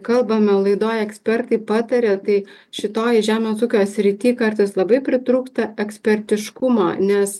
kalbame laidoj ekspertai pataria tai šitoj žemės ūkio srity kartais labai pritrūksta ekspertiškumo nes